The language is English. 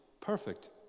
perfect